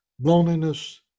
loneliness